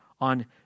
On